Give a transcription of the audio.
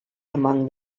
among